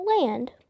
land